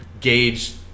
gauge